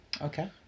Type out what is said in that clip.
Okay